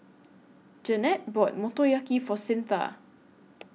Jannette bought Motoyaki For Cyntha